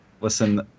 Listen